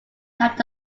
have